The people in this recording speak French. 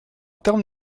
termes